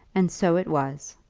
and so it was.